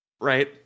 right